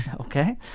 Okay